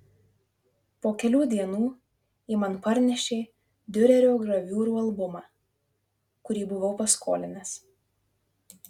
po kelių dienų ji man parnešė diurerio graviūrų albumą kurį buvau paskolinęs